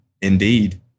Indeed